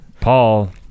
Paul